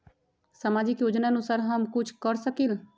सामाजिक योजनानुसार हम कुछ कर सकील?